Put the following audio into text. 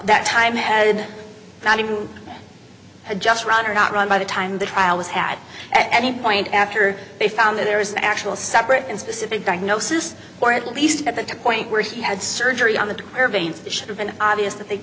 that time had not even had just run or not run by the time the trial was had at any point after they found that there is an actual separate and specific diagnosis or at least at the to point where he had surgery on the airplanes should have been obvious that they